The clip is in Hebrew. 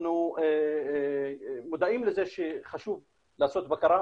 אנחנו מודעים לזה שחשוב לעשות בקרה,